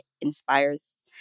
inspires